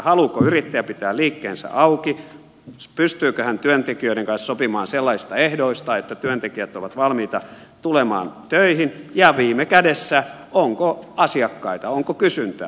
haluaako yrittäjä pitää liikkeensä auki pystyykö hän työntekijöiden kanssa sopimaan sellaisista ehdoista että työntekijät ovat valmiita tulemaan töihin ja viime kädessä onko asiakkaita onko kysyntää